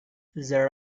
there